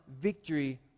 victory